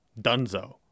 Dunzo